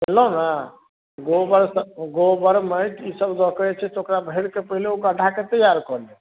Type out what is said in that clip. बुझलहुँ ने गोबरसँ गोबर माटि ई सभ दऽ कऽ जे छै से ओकरा भरि कऽ पहिले ओ गड्ढा कऽ तैआर कऽ लिअ